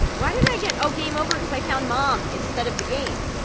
why did i get-oh, game over because i found mom instead of the game!